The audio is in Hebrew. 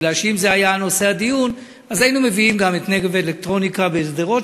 כי אם זה היה נושא הדיון היינו מביאים גם את "נגב אלקטרוניקה" בשדרות,